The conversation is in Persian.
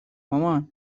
مامان